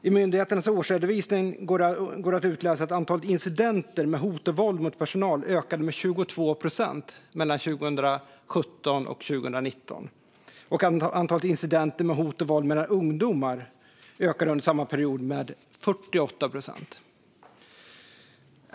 I myndighetens årsredovisning går det att utläsa att antalet incidenter med hot och våld mot personal ökade med 22 procent mellan 2017 och 2019 och att antalet incidenter med hot och våld mellan ungdomar under samma period ökade med 48 procent.